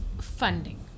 funding